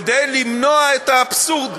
כדי למנוע את האבסורד.